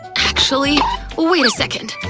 actually, wait a second!